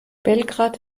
belgrad